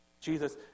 Jesus